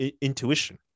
intuition